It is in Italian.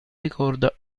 ricorda